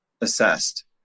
assessed